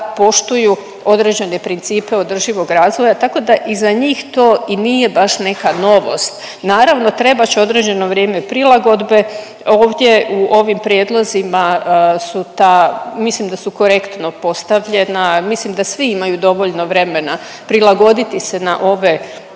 poštuju određene principe održivog razvoja, tako da i za njih to i nije baš neka novost. Naravno trebat će određeno vrijeme prilagodbe. Ovdje u ovim prijedlozima su ta, mislim da su korektno postavljena, mislim da svi imaju dovoljno vremena prilagoditi se na ove